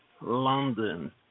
london